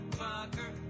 fucker